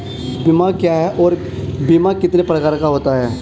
बीमा क्या है और बीमा कितने प्रकार का होता है?